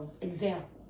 example